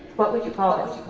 what would you call this?